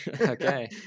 okay